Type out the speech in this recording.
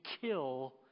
kill